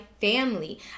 family